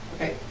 Okay